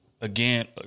again